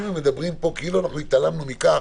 ומדברים כאן כאילו אנחנו התעלמנו מכך